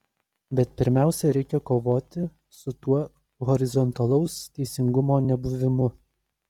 bet pirmiausia reikia kovoti su tuo horizontalaus teisingumo nebuvimu